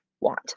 want